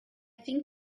think